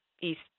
East